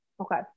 Okay